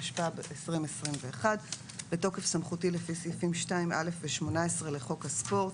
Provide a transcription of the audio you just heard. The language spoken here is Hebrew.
התשפ"ב-2021 בתוקף סמכותי לפי סעיפים 2(א) ו-18 לחוק הספורט,